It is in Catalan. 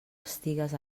estigues